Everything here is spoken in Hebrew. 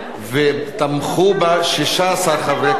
תמכו בה 16 חברי כנסת,